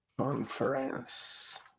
conference